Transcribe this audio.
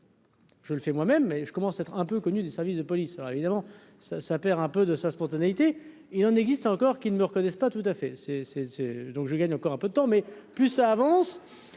Je le fais moi-même mais je commence à être un peu connu des services de police, alors évidemment ça ça perd un peu de sa spontanéité et il en existe encore qu'ils ne me reconnaissent pas tout à fait c'est c'est c'est donc je gagne encore un peu de temps mais plus ça avance